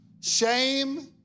shame